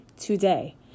today